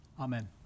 Amen